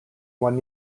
one